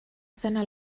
seiner